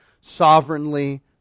sovereignly